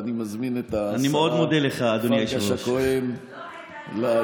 אני מזמין את השרה פרקש הכהן לענות.